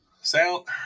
Sound